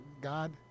god